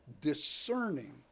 discerning